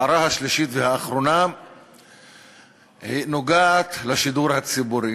ההערה השלישית והאחרונה נוגעת לשידור הציבורי.